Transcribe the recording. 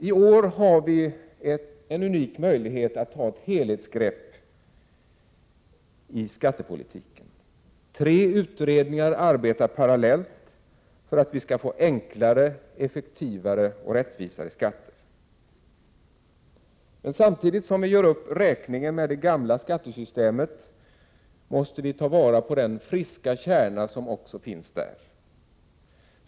I år har vi en unik möjlighet att ta ett helhetsgrepp på skattepolitiken. Tre utredningar arbetar parallellt för att skatterna skall bli enklare, effektivare och rättvisare. Men samtidigt som vi gör upp räkningen med det gamla skattesystemet måste vi ta vara på den friska kärna som också finns där.